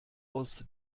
aus